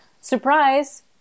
surprise